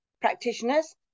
practitioners